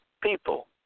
people